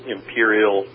Imperial